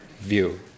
View